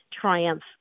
triumph